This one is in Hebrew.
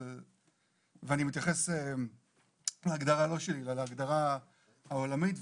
ואני מתייחס להגדרה לא שלי אלא להגדרה העולמית,